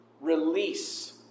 release